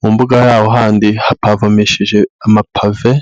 mu mbuga y'aho handi hapavomesheje amapave.